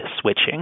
switching